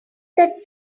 that